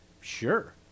sure